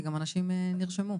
כי גם אנשים נרשמו.